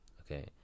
okay